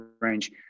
range